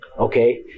okay